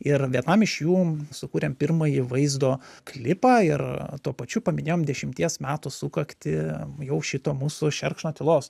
ir vienam iš jų sukūrėm pirmąjį vaizdo klipą ir tuo pačiu paminėjom dešimties metų sukaktį jau šito mūsų šerkšno tylos